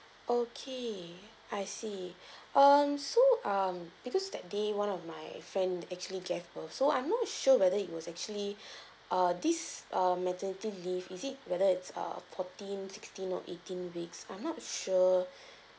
okay I see um so um because that day one of my friend actually gave birth so I'm not sure whether it was actually uh this uh maternity leave is it whether it's err fourteen sixteen or eighteen weeks I'm not sure